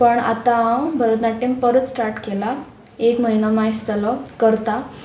पण आतां हांव भरतनाट्यम परत स्टार्ट केलां एक म्हयनो मायस जालो करतां